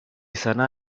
sana